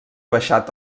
baixat